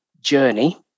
journey